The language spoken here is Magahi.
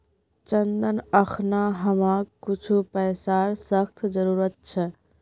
चंदन अखना हमाक कुछू पैसार सख्त जरूरत छ